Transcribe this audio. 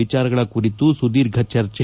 ವಿಚಾರಗಳ ಕುರಿತು ಸುದೀರ್ಘ ಚರ್ಚೆ